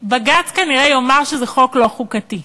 בג"ץ כנראה יאמר שזה חוק לא חוקתי.